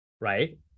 Right